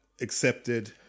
accepted